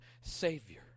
savior